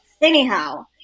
anyhow